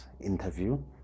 interview